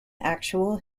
actual